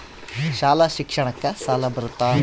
ಶಾಲಾ ಶಿಕ್ಷಣಕ್ಕ ಸಾಲ ಬರುತ್ತಾ?